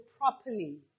properly